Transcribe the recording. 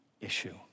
issue